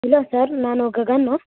hello sir ನಾನು ಗಗನು